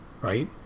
Right